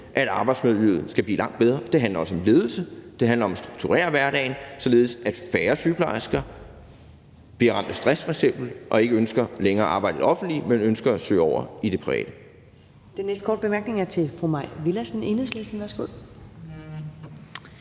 at arbejdsmiljøet skal blive langt bedre, og det handler også om ledelse, og det handler om at strukturere hverdagen, således at færre sygeplejersker f.eks. bliver ramt af stress og de ikke længere ønsker arbejde i det offentlige, men ønsker at søge over i det private.